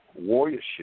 warriorship